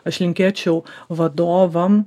aš linkėčiau vadovam